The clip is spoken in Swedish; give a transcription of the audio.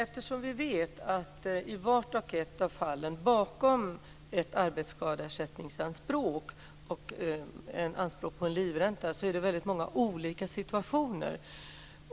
Fru talman! Bakom arbetsskadeersättningsanspråk och anspråk på livränta finns väldigt många olika situationer.